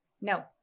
No